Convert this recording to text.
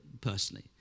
personally